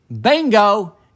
Bingo